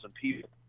people